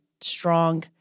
strong